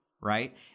right